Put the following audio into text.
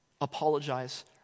apologize